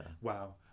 Wow